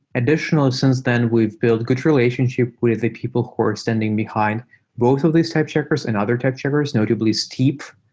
additionally since then, we've build a good relationship with the people who are standing behind both of these type checkers and other type checkers, notably steep,